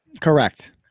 Correct